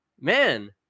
Man